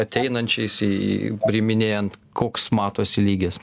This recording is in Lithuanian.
ateinančiais į į priiminėjant koks matosi lygis